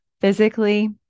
physically